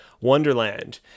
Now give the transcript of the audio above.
Wonderland